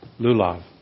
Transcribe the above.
lulav